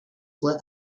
were